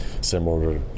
similar